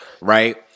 right